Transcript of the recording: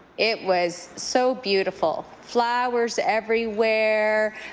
it was so beautiful, flowers everywhere,